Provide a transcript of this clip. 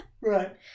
Right